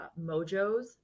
mojos